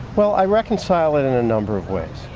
well i reconcile it in a number of ways.